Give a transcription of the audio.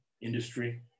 industry